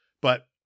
But-